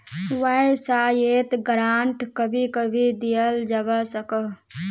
वाय्सायेत ग्रांट कभी कभी दियाल जवा सकोह